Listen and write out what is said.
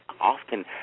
often